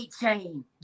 chain